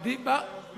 אני שמעתי את זה,